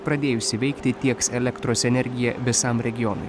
pradėjusi veikti tieks elektros energiją visam regionui